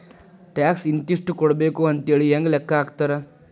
Tax ಇಂತಿಷ್ಟ ಕೊಡ್ಬೇಕ್ ಅಂಥೇಳಿ ಹೆಂಗ್ ಲೆಕ್ಕಾ ಹಾಕ್ತಾರ?